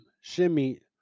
shimmy